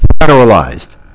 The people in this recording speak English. federalized